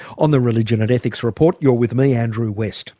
on the religion and ethics report you're with me, andrew west